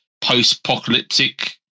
post-apocalyptic